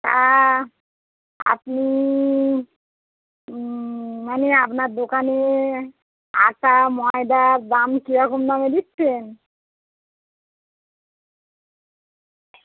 হ্যাঁ আপনি মানে আপনার দোকানে আটা ময়দার দাম কীরকম দামে দিচ্ছেন